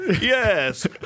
yes